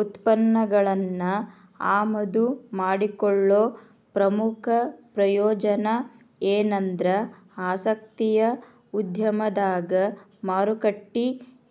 ಉತ್ಪನ್ನಗಳನ್ನ ಆಮದು ಮಾಡಿಕೊಳ್ಳೊ ಪ್ರಮುಖ ಪ್ರಯೋಜನ ಎನಂದ್ರ ಆಸಕ್ತಿಯ ಉದ್ಯಮದಾಗ ಮಾರುಕಟ್ಟಿ